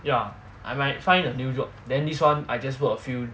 yeah I might find a new job then this one I just work a few